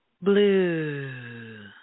blue